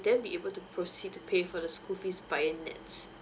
then be able to proceed to pay for the school fees via